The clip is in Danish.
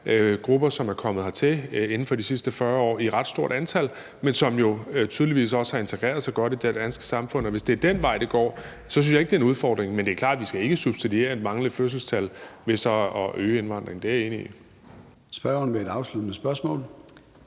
grupper, som er kommet hertil inden for de sidste 40 år i et ret stort antal, men som jo tydeligvis også har integreret sig godt i det danske samfund, og hvis det er den vej, det går, så synes jeg ikke, at det er en udfordring. Men det er klart, at vi ikke skal subsidiere et faldende fødselstal ved så at øge indvandringen. Det er jeg enig i.